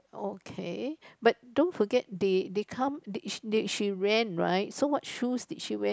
okay but don't forget they they come they she ran right so what shoes did she wear